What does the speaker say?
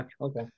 okay